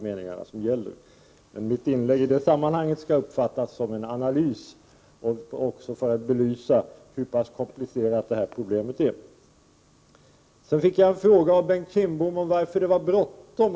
Mitt inlägg i sammanhanget skall uppfattas som en analys och som en belysning av hur pass komplicerat problemet är. Jag fick också en fråga från Bengt Kindbom om varför det är bråttom.